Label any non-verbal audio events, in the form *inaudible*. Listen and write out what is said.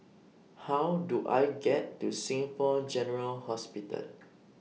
How Do I get to Singapore General Hospital *noise*